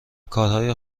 کارهای